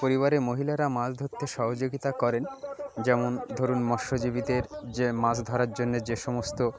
পরিবারে মহিলারা মাছ ধরতে সহযোগিতা করেন যেমন ধরুন মৎসজীবিদের যে মাছ ধরার জন্যে যে সমস্ত